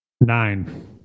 nine